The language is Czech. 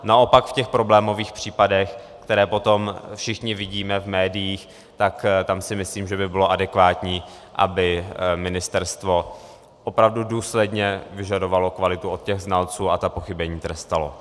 Naopak v těch problémových případech, které potom všichni vidíme v médiích, tak tam si myslím, že by bylo adekvátní, aby ministerstvo opravdu důsledně vyžadovalo kvalitu od znalců a pochybení trestalo.